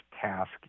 task